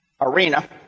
arena